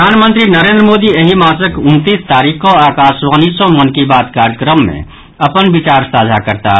प्रधानमंत्री नरेन्द्र मोदी एहि मासक उनतीस तारीख कऽ आकाशवाणी सँ मन की बात कार्यक्रम मे अपन विचार साझा करताह